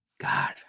God